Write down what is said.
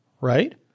right